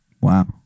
Wow